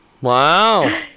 Wow